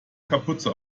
kapuze